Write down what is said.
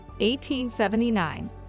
1879